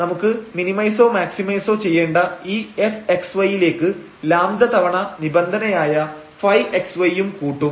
നമുക്ക് മിനിമൈസോ മാക്സിമൈസോ ചെയ്യേണ്ട ഈ fx y യിലേക്ക് λ തവണ നിബന്ധനയായ ϕxy യും കൂട്ടും